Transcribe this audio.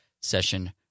session